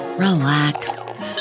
relax